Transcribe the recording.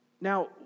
Now